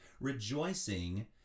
Rejoicing